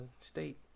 state